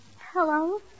Hello